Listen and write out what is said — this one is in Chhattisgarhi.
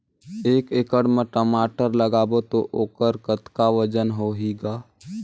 एक एकड़ म टमाटर लगाबो तो ओकर कतका वजन होही ग?